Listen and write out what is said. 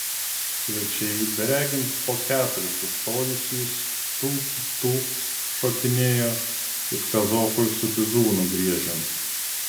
svečiai beregint po keturis sustojusys tūpt tūpt šokinėjo it kazokui su bizūnu griežiant